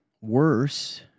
worse